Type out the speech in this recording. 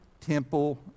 temple